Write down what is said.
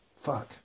Fuck